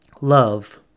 Love